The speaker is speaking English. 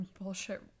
bullshit